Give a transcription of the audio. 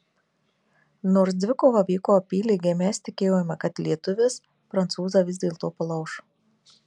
nors dvikova vyko apylygiai mes tikėjome kad lietuvis prancūzą vis dėlto palauš